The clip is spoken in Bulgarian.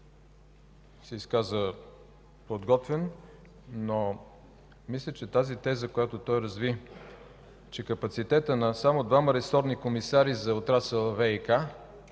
се изказа подготвен, но мисля, че тезата, която той разви – за капацитета на само двама ресорни комисари за отрасъла ВиК,